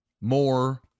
more